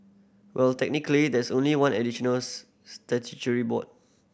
well technically there is only one additional statutory board